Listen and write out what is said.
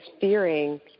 fearing